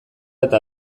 eta